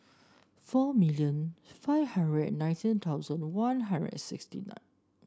four million five hundred and nineteen thousand One Hundred and sixty nine